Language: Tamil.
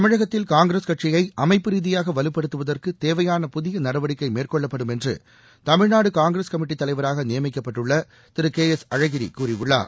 தமிழகத்தில் காங்கிரஸ் கட்சியை அமைப்பு ரீதியாக வலுபடுத்துவதற்கு தேவையான நடவடிக்கை மேற்கொள்ளப்படும் என்று தமிழ்நாடு காங்கிரஸ் கமிட்டித் தலைவராக நியமிக்கப்பட்டுள்ள திரு கே எஸ் அழகிரி கூறியுள்ளார்